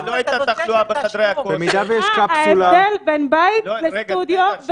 מה ההבדל בין בית לסטודיו?